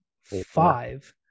five